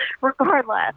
regardless